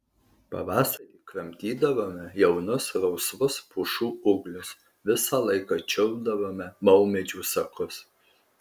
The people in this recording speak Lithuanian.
pavasarį kramtydavome jaunus rausvus pušų ūglius visą laiką čiulpdavome maumedžių sakus